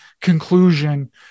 conclusion